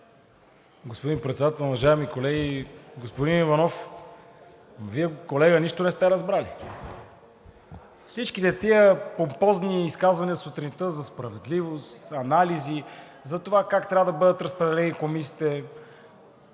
Господин Председател, уважаеми колеги! Господин Иванов, Вие, колега, нищо не сте разбрали. Всичките тези помпозни изказвания сутринта за справедливост, анализи, за това как трябва да бъдат разпределени комисиите,